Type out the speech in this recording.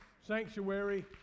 sanctuary